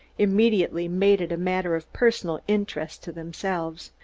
immediately made it a matter of personal interest to themselves.